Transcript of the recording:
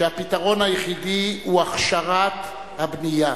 שהפתרון היחידי הוא הכשרת הבנייה.